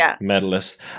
medalist